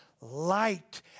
light